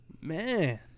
Man